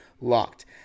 LOCKED